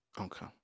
okay